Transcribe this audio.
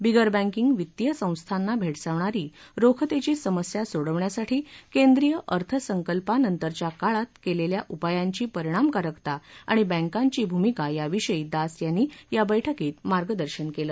बिगर banking वित्तीय संस्थांना भेडसावणारी रोखतेची समस्या सोडवण्यासाठी केंद्रीय अर्थसंकल्पानंतरच्या काळात केलेल्या उपायांची परिणामकारकता आणि बँकांची भूमिका याविषयी दास यांनी या बैठकीत मार्गदर्शन केलं